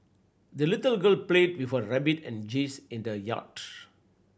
the little girl played with her rabbit and geese in the yard